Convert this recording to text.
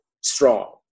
strong